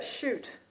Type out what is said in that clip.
shoot